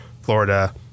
Florida